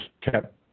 kept